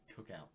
cookout